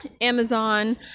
Amazon